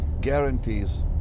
guarantees